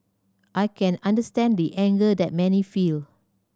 I can understand the anger that many feel